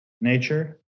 nature